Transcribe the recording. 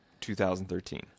2013